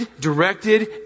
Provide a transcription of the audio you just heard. directed